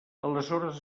aleshores